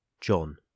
John